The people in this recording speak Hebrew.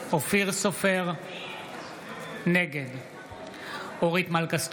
נגד אורית מלכה סטרוק,